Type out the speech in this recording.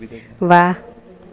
वाह